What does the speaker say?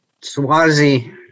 Swazi